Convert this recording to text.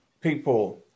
people